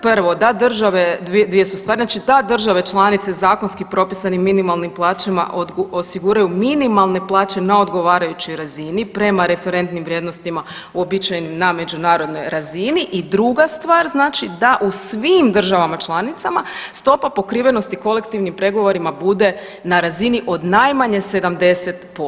Prvo da države, dvije su stvari, znači da države članice zakonski propisanim minimalnim plaćama osiguraju minimalne plaće na odgovarajućoj razini prema referentnim vrijednostima uobičajenim na međunarodnoj razini i druga stvar znači da u svim državama članicama stopa pokrivenosti kolektivnim pregovorima bude na razini od najmanje 70%